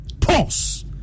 pause